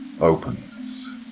opens